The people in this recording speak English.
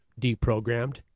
deprogrammed